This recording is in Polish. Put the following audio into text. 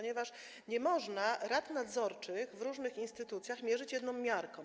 Nie można rad nadzorczych w różnych instytucjach mierzyć jedną miarą.